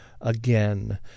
again